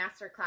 masterclass